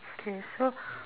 okay so